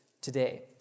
today